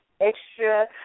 extra